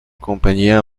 compañía